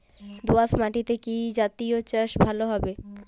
দোয়াশ মাটিতে কি জাতীয় চাষ ভালো হবে?